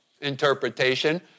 interpretation